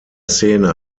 szene